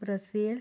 Brazil